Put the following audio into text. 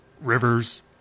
Rivers